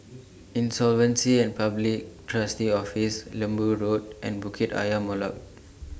Insolvency and Public Trustee's Office Lembu Road and Bukit Ayer Molek